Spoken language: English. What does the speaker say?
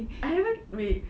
I haven't wait